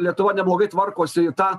lietuva neblogai tvarkosi į tą